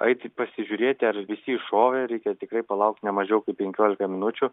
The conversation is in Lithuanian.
eiti pasižiūrėti ar visi iššovė reikia tikrai palaukt ne mažiau kaip penkiolika minučių